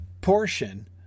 portion